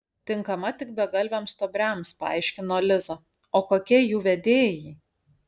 tinkama tik begalviams stuobriams paaiškino liza o kokie jų vedėjai